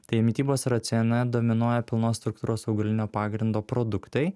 tai mitybos racione dominuoja pilnos struktūros augalinio pagrindo produktai